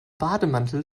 bademantel